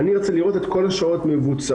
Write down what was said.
אני רוצה לראות את כל השעות מבוצעות.